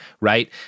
right